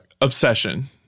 obsession